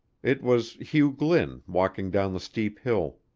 it was hugh glynn walking down the steep hill.